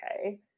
okay